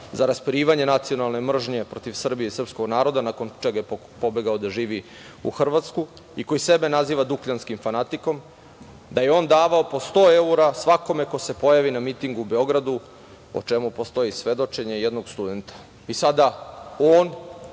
za raspirivanje nacionalne mržnje protiv Srbije i srpskog naroda nakon čega je pobegao da živi u Hrvatsku i koji sebe naziva dukljanskim fanatikom, da je on davao po sto evra svakome ko se pojavi na mitingu u Beogradu, o čemu postoji svedočenje jednog studenta? I, sada on